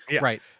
Right